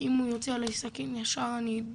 אם הוא יוציא עליי סכין, יש אני,